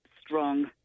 strong